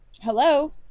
Hello